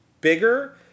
bigger